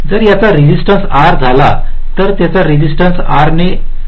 जर याचा resistance R झाला तर हा रेसिस्टन्स 2 ने R होईल